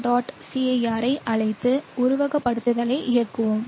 cir ஐ அழைத்து உருவகப்படுத்துதலை இயக்குவோம்